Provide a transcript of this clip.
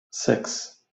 six